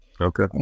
Okay